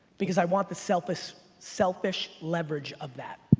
because i want the selfish selfish leverage of that.